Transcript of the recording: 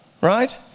right